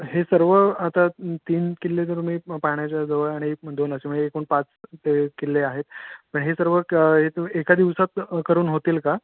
हे सर्व आता तीन किल्ले करून मी प पाण्याच्या जवळ आणि एक दोन असे म्हणजे एकून पाच ते किल्ले आहेत पण हे सर्व क ए एका दिवसात करून होतील का